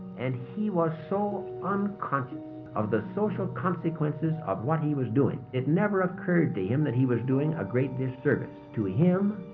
and he was so unconscious of the social consequences of what he was doing, it never occurred to him that he was doing a great disservice. to ah him,